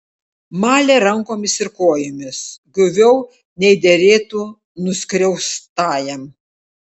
malė rankomis ir kojomis guviau nei derėtų nuskriaustajam